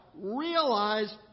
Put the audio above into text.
realize